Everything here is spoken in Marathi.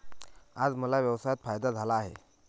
आज मला व्यवसायात फायदा झाला आहे